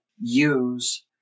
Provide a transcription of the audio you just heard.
use